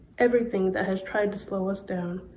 everything that has tried to so ah so